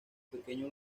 pequeño